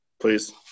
Please